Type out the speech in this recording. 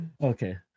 Okay